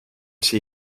się